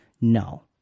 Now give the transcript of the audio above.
No